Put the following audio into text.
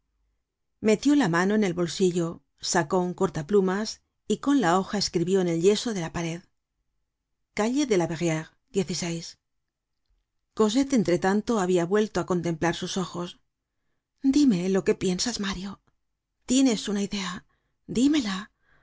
metió la mano en el bolsillo sacó un cortaplumas y con la hoja escribió en el yeso de la pared calle de la verrerie j cosette entre tanto habia vuelto á contemplar sus ojos dime lo que piensas mario tienes una idea dímela